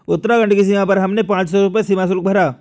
उत्तराखंड की सीमा पर हमने पांच सौ रुपए सीमा शुल्क भरा